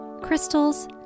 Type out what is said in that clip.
crystals